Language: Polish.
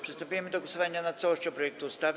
Przystępujemy do głosowania nad całością projektu ustawy.